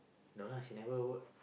no lah she never work